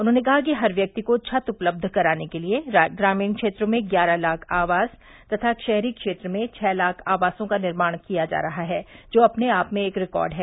उन्होंने कहा कि हर व्यक्ति को छत उपलब्ध कराने के लिए ग्रमीण क्षेत्र में ग्यारह लाख आवास तथा शहरी क्षेत्र में छह लाख आवासों का निर्माण किया जा रहा है जो अपने आप में एक रिकार्ड है